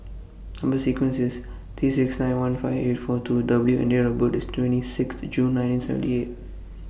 Number sequence IS T six nine one five eight four two W and Date of birth IS twenty Sixth June nineteen seventy eight